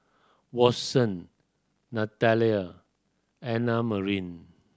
Watson Natalya Annamarie